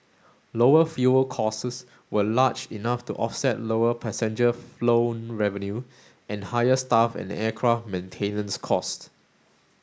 lower fuel were large enough to offset lower passenger flown revenue and higher staff and aircraft maintenance costs